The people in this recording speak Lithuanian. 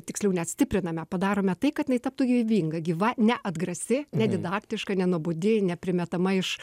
tiksliau net stipriname padarome tai kad jinai taptų gyvybinga gyva neatgrasi nedidaktiška nenuobodi neprimetama iš